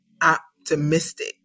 optimistic